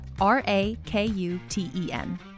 R-A-K-U-T-E-N